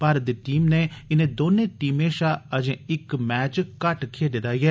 भारत दी टीम नै इनें दौनें टीमें शा अर्जे इक मैच घट्ट खेड्ढे दा ऐ